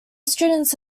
students